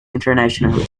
internationally